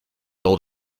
old